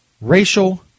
racial